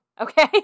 Okay